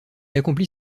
accomplit